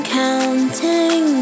counting